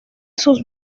sus